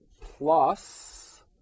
plus